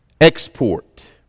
export